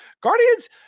Guardians